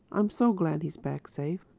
i'm so glad he's back safe.